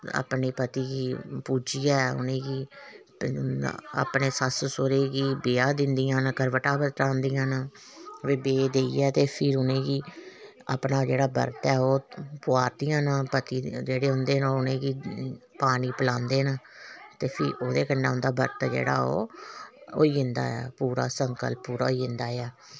अपने पति गी पूजियै उ'नें गी अपने सस्स सोह्रे गी बेआ दिंदियां न करबटा बटादियां न रपेऽ देइये ते फिर उ'नेंगी अपना जेह्ड़ा बरत ऐ ओह् पुआरदियां न पति जेह्डे़ होंदे न ओह् उ'नें गी पानी पलांदे न ते फ्ही ओह्दे कन्नै उं'दा बरत जेह्ड़ा ओह् होई जंदा ऐ पूरा संकल्प पूरा होई जंदा ऐ